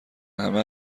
همه